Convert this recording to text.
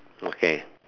okay